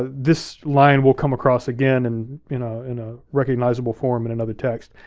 this line we'll come across again and you know in a recognizable form in another text,